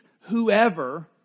whoever